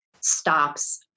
stops